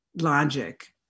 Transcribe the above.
logic